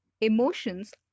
Emotions